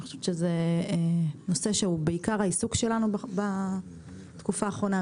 אני חושבת שזה נושא שהוא בעיקר העיסוק שלנו בתקופה האחרונה.